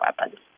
weapons